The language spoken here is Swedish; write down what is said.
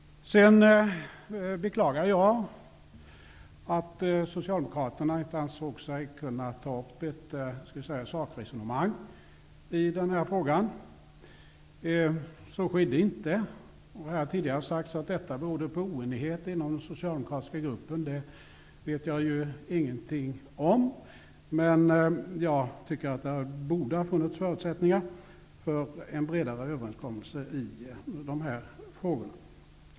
Jag beklagar att socialdemokraterna inte ansåg sig kunna ta upp ett sakresonemang i denna fråga. Så skedde inte. Det har tidigare sagts att detta berodde på oenighet inom den socialdemokratiska gruppen. Det vet jag ingenting om. Men det borde ha funnits förutsättningar för en bredare överenskommelse i dessa frågor.